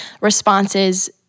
responses